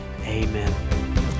amen